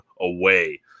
away